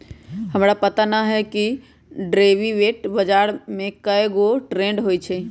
हमरा पता न हए कि डेरिवेटिव बजार में कै गो ट्रेड होई छई